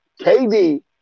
KD